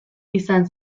izan